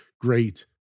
great